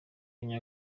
enye